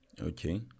Okay